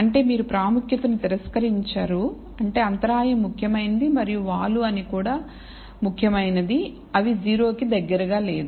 అంటే మీరు ప్రాముఖ్యతను తిరస్కరించరుఅంటే అంతరాయం ముఖ్యమైనది మరియు వాలు కూడా ముఖ్యమైనది అవి 0 కి దగ్గరగా లేవు